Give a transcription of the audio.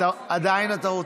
אתה עדיין רוצה?